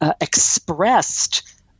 expressed